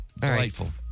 Delightful